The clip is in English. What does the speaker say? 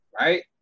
right